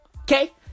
Okay